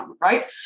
right